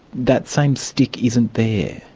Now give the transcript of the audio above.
that same stick isn't there.